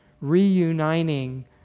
reuniting